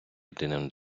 єдиним